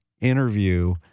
interview